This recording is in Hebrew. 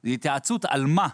זה התייעצות על מה?